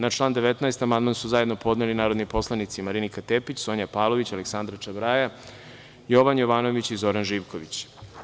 Na član 19. amandman su zajedno podneli narodni poslanici Marinika Tepić, Sonja Pavlović, Aleksandra Čabraja, Jovan Jovanović i Zoran Živković.